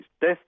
death